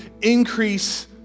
increase